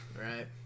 right